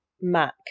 mac